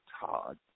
Todd